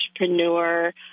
Entrepreneur